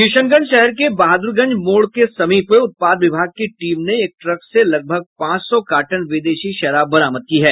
किशनगंज शहर के बहादुरगंज मोड़ के समीप उत्पाद विभाग की टीम ने एक ट्रक से लगभग पांच सौ कार्टन विदेशी शराब बरामद की है